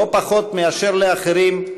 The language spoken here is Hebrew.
לא פחות מאשר לאחרים,